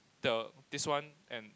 the this one and